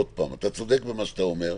אתה צודק במה שאתה אומר,